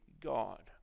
God